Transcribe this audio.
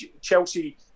Chelsea